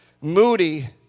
Moody